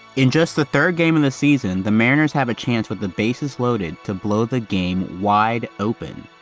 in just the third game in the season, the mariners have a chance with the bases loaded to blow the game wide open.